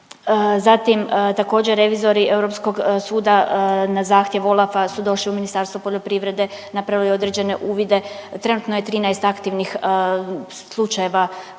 Zatim također revizori Europskog suda na zahtjev OLAF-a su došli u Ministarstvo poljoprivrede, napravili određene uvide. Trenutno je 13 aktivnih slučajeva